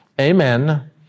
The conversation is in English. Amen